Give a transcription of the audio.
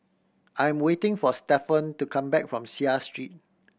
I am waiting for Stephon to come back from Seah Street